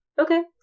Okay